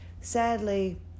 sadly